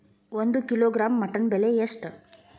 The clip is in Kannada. ಒಂದು ಕಿಲೋಗ್ರಾಂ ಮಟನ್ ಬೆಲೆ ಎಷ್ಟ್?